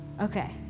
Okay